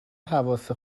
حواس